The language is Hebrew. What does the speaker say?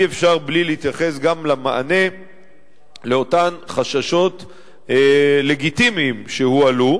אי-אפשר בלי להתייחס גם למענה לאותם חששות לגיטימיים שהועלו,